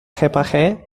réparé